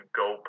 go